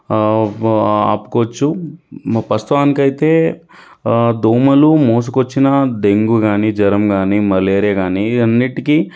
ఆపు ఆపుకోవచ్చు ప్రస్తుతానికైతే దోమలు మోసుకొచ్చిన డెంగ్యూ కాని జ్వరం కాని మలేరియా కాని ఇయన్నిటికీ